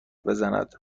بزند